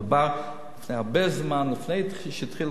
מדובר לפני הרבה זמן, לפני שהכול התחיל.